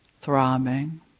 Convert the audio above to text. throbbing